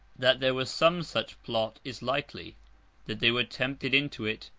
that there was some such plot, is likely that they were tempted into it,